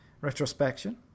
retrospection